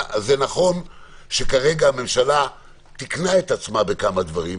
נכון שכרגע הממשלה תיקנה עצמה בכמה דברים,